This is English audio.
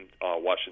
Washington